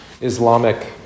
Islamic